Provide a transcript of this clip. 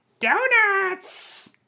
Donuts